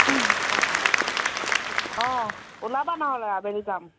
অঁ ওলাবা নহ'লে আবেলি যাম